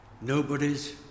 nobody's